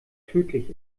tödlich